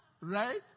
Right